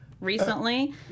recently